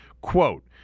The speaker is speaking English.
Quote